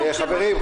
חברים,